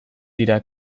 dira